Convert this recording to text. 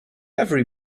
every